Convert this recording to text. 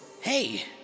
hey